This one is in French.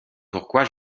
pourquoi